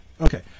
Okay